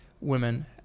women